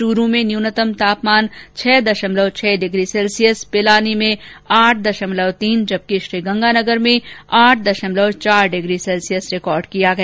चूरू में न्यूनतम तापमान छह दशमलव छह डिग्री सेल्सियस पिलानी में आठ दशमलव तीन जबकि श्रीगंगानगर में आठ दशमलव चार डिग्री सेल्सियस रिकॉर्ड किया गया